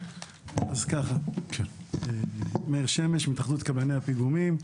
אני מהתאחדות קבלני הפיגומים.